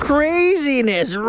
Craziness